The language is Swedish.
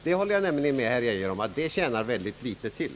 Jag håller nämligen med herr Geijer om att det tjänar mycket litet till.